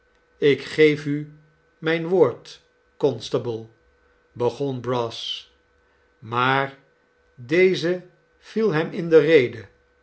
ik geef u mijn woord constable begon brass maar deze viel hem in de rede